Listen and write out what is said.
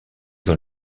dans